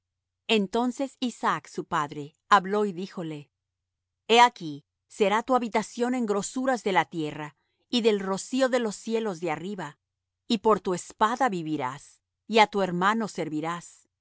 entonces isaac su padre habló y díjole he aquí será tu habitación en grosuras de la tierra y del rocío de los cielos de arriba y por tu espada vivirás y á tu hermano servirás